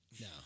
No